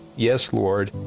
yes, lord,